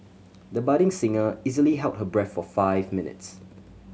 the budding singer easily held her breath for five minutes